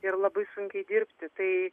ir labai sunkiai dirbti tai